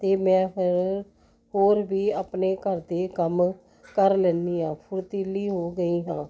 ਅਤੇ ਮੈਂ ਫਿਰ ਹੋਰ ਵੀ ਆਪਣੇ ਘਰਦੇ ਕੰਮ ਕਰ ਲੈਂਦੀ ਹਾਂ ਫੁਰਤੀਲੀ ਹੋ ਗਈ ਹਾਂ